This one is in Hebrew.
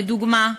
לדוגמה,